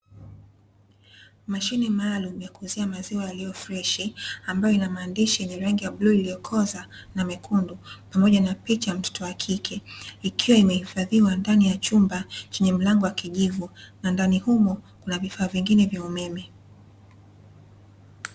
Mashine maalum ya kuuzia maziwa aliyo freshi ambayo ina maandishi yenye rangi ya bluu iliyokoza na mekundu pamoja na picha ya mtoto wa kike ikiwa imehifadhiwa ndani ya chumba chenye mlango wa kijivu, na ndani humo kuna vifaa vingine vya umeme.